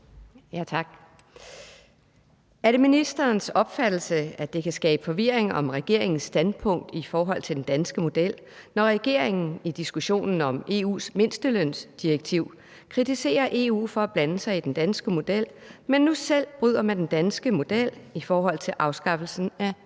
Tak. Er det ministerens opfattelse, at det kan skabe forvirring om regeringens standpunkt i forhold til den danske model, når regeringen i diskussionen om EU's mindstelønsdirektiv kritiserer EU for at blande sig i den danske model, men nu selv bryder med den danske model i forhold til afskaffelsen af